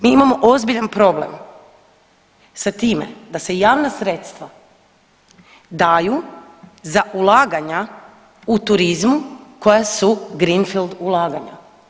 Mi imamo ozbiljan problem sa time da se javna sredstva daju za ulaganja u turizmu koja su greenfield ulaganja.